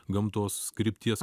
gamtos krypties